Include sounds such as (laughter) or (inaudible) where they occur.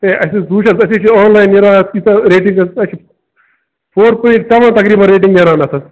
ہے اَسہِ حظ (unintelligible) اَسہِ حظ چھِ آنلایِن نیران اَتھ یٖژاہ ریٚٹِنٛگ حظ اَسہِ چھِ (unintelligible) تقریباََ ریٚٹِنٛگ نیران اَتھ حظ